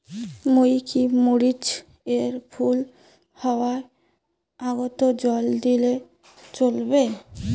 মুই কি মরিচ এর ফুল হাওয়ার আগত জল দিলে চলবে?